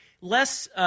less